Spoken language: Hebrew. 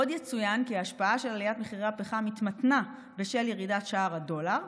עוד יצוין כי ההשפעה של עליית מחירי הפחם התמתנה בשל ירידת שער הדולר,